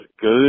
good